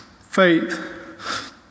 faith